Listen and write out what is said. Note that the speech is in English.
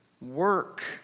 work